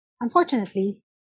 Unfortunately